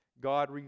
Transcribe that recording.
God